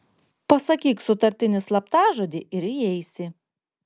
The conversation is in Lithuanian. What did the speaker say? pasakyk sutartinį slaptažodį ir įeisi